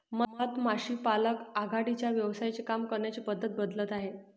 मधमाशी पालक आघाडीच्या व्यवसायांचे काम करण्याची पद्धत बदलत आहे